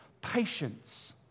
patience